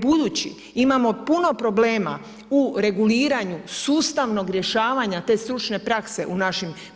Budući imamo puno problema u reguliranju sustavnog rješavanja te stručne prakse